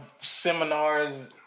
seminars